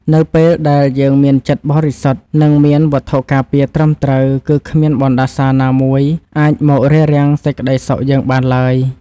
នៅពេលដែលយើងមានចិត្តបរិសុទ្ធនិងមានវត្ថុការពារត្រឹមត្រូវគឺគ្មានបណ្តាសាណាមួយអាចមករារាំងសេចក្តីសុខយើងបានឡើយ។